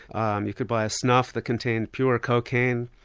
um you could buy a snuff that contained pure cocaine,